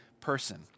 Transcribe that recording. person